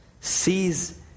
sees